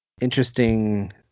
interesting